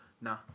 nah